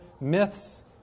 myths